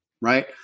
right